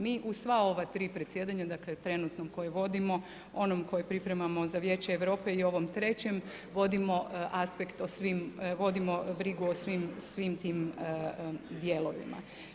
Mi u sva ova tri predsjedanja trenutno koje vodimo, onom koje pripremamo za vijeće Europe i ovom trećem, vodimo aspekt o svim, vodimo brigu o svim tim dijelovima.